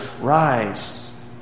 rise